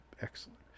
Excellent